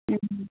ఆ